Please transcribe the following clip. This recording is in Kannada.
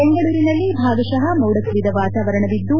ಬೆಂಗಳೂರಿನಲ್ಲಿ ಭಾಗಶಃ ಮೋಡಕವಿದ ವಾತಾವರಣವಿದ್ದು